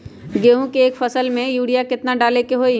गेंहू के एक फसल में यूरिया केतना डाले के होई?